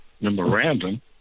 memorandum